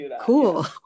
cool